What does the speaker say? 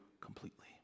completely